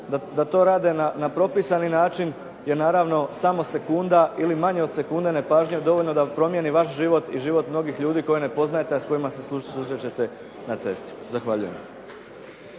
da to rade na propisani način jer naravno samo sekunda ili manje od sekunde nepažnje dovoljno da promijeni vaš život i život mnogih ljudi koje ne poznajete a s kojima se susrećete na cesti. Zahvaljujem.